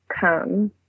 come